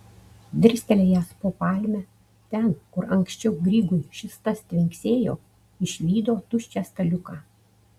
dirstelėjęs po palme ten kur anksčiau grygui šis tas tvinksėjo išvydo tuščią staliuką